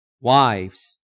Wives